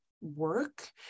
work